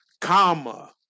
Comma